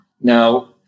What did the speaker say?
Now